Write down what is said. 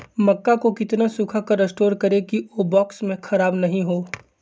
मक्का को कितना सूखा कर स्टोर करें की ओ बॉक्स में ख़राब नहीं हो?